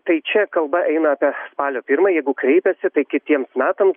tai čia kalba eina apie spalio pirmą jeigu kreipiasi tai kitiems metams